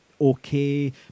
okay